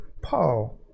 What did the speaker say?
Paul